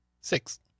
Six